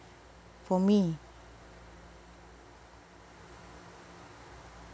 for me